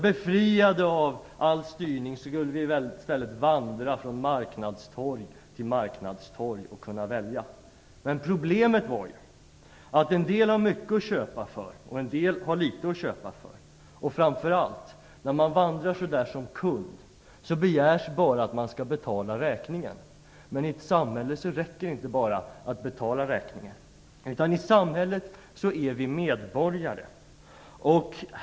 Befriade från all styrning skulle vi i stället vandra från marknadstorg till marknadstorg och kunna välja. Problemet var att en del har mycket att köpa för och en del har litet att köpa för. Framför allt begärs bara att man skall betala räkningen när man vandrar där som kund. Men i ett samhälle räcker det inte bara att betala räkningen. I samhället är vi medborgare.